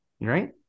Right